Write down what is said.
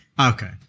Okay